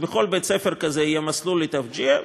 שבכל בית-ספר כזה יהיה מסלול לתאוג'יה,